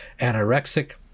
anorexic